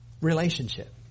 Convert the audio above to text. Relationship